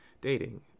dating